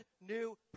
new